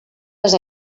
les